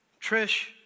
Trish